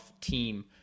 team